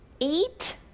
Eight